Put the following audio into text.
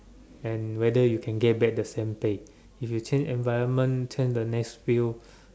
and whether you can get back the same pay if you change environment change the next field